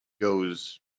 goes